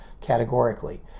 categorically